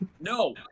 No